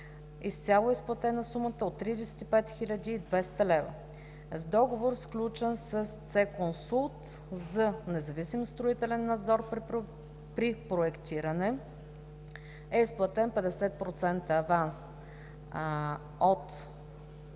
изцяло е изплатена сумата от 35 200 лв. - с Договор, сключен със „С консулт" за независим строителен надзор при проектирането е изплатен 50% аванс от